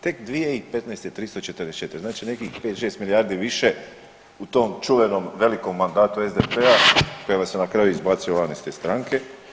Tek 2015. 344, znači nekih 5, 6 milijardi više u tom čuvenom, velikom mandatu SDP-a koji vas je na kraju izbacio van iz te stranke.